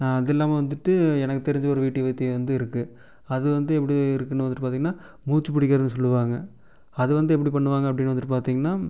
அது இல்லாமல் வந்துட்டு எனக்கு தெரிஞ்ச ஒரு வீட்டு வைத்தியம் வந்து இருக்கு அது வந்து எப்படி இருக்கும்னு வந்துட்டு பார்த்தீங்கன்னா மூச்சு பிடிக்கிறது சொல்வாங்க அது வந்து எப்படி பண்ணுவாங்க அப்படின்னு வந்துட்டு பார்த்தீங்கன்னா